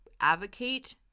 advocate